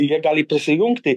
jie gali prisijungti